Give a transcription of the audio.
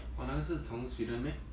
!wah! 那个是从 sweden meh